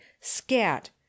scat